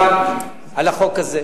על החוק הזה.